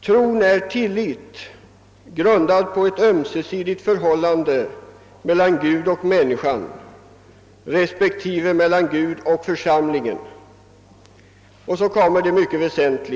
Tron är tillit, grundad på ett ömsesidigt förhållande mellan Gud och människan, respektive mellan Gud och församlingen.